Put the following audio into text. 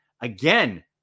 again